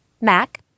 Mac